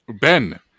Ben